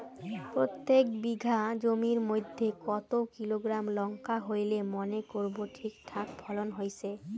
প্রত্যেক বিঘা জমির মইধ্যে কতো কিলোগ্রাম লঙ্কা হইলে মনে করব ঠিকঠাক ফলন হইছে?